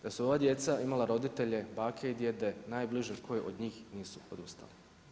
Da su ova djeca imala roditelje, bake i djede, najbliže koji od njih nisu odustali.